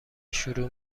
شروع